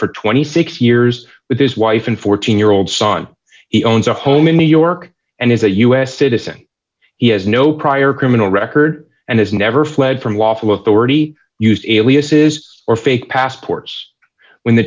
for twenty six years with his wife and fourteen year old son he owns a home in new york and is a us citizen he has no prior criminal record and has never fled from lawful authority use aliases or fake passports when the